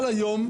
אבל היום,